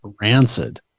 rancid